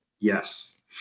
Yes